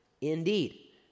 indeed